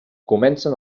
comencen